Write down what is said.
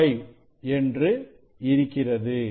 25 என்று இருக்கிறது